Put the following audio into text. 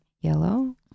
yellow